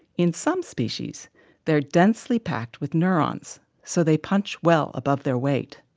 in some species they're densely packed with neurons, so they punch well above their weight.